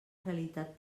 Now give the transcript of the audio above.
realitat